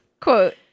Quote